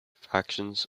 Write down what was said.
factions